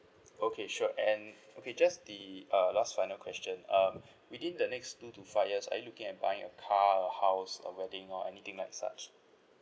okay sure and okay just the uh last final question um within the next two to five years are you looking at buying a car a house a wedding or anything like such